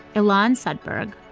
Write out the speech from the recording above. elan sudberg,